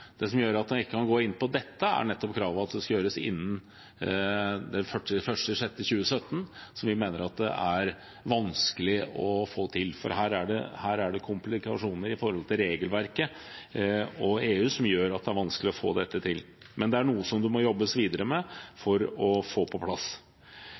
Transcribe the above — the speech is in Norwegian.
Det som gjør at vi ikke kan gå inn for dette, er kravet om at det skal gjøres innen 1. juli 2017. Vi mener at det er vanskelig å få til, for her er det komplikasjoner med tanke på regelverket og EU som gjør at det er vanskelig, men det er noe som det må jobbes videre med